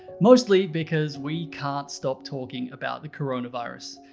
mostly because we can't stop talking about the coronavirus.